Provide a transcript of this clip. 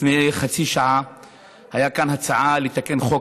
לפני חצי שעה הייתה כאן הצעה לתקן את חוק